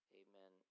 amen